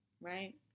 right